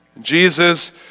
Jesus